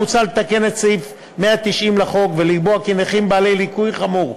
מוצע לתקן את סעיף 196 לחוק ולקבוע כי נכים בעלי ליקוי חמור,